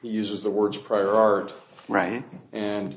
he uses the words prior art right and